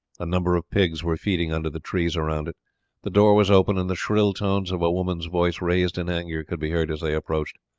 a number of pigs were feeding under the trees around it the door was open, and the shrill tones of a woman's voice raised in anger could be heard as they approached.